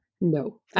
No